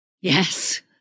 Yes